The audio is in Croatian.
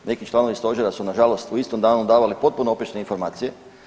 Neki članovi Stožera su nažalost u istom danu davali potpuno oprečne informacije.